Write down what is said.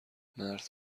مرد